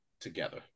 together